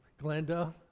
Glenda